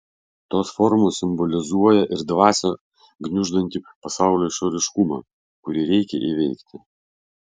tos formos simbolizuoja ir dvasią gniuždantį pasaulio išoriškumą kurį reikia įveikti